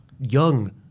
young